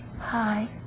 hi